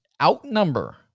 outnumber